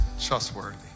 trustworthy